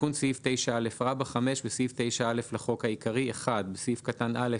תיקון סעיף 9א. בסעיף 9א לחוק העיקרי (1) בסעיף קטן (א),